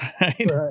Right